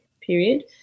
period